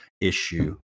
issue